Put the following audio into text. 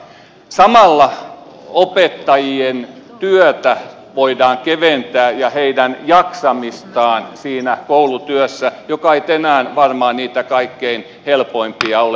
samalla opettajien työtä ja heidän jaksamistaan voidaan keventää siinä koulutyössä joka ei enää varmaan niitä kaikkein helpoimpia ole